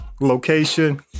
location